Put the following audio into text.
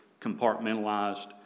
compartmentalized